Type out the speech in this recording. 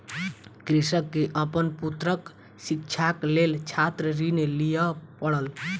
कृषक के अपन पुत्रक शिक्षाक लेल छात्र ऋण लिअ पड़ल